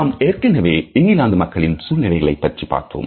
நாம் ஏற்கனவே இங்கிலாந்து மக்களின் சூழ்நிலைகளை பற்றி பார்த்தோம்